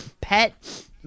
pet